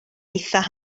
eithaf